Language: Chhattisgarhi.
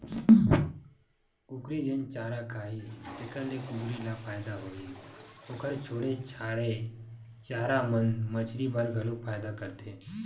कुकरी जेन चारा खाही तेखर ले कुकरी ल फायदा होही, ओखर छोड़े छाड़े चारा मन मछरी बर घलो फायदा करथे